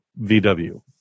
VW